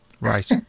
Right